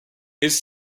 his